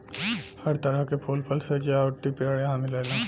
हर तरह क फूल, फल, सजावटी पेड़ यहां मिलेला